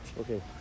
Okay